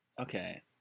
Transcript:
Okay